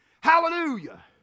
hallelujah